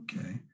Okay